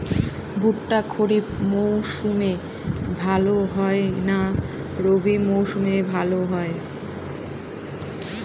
ভুট্টা খরিফ মৌসুমে ভাল হয় না রবি মৌসুমে ভাল হয়?